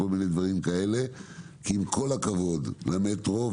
עם כל הכבוד למטרו,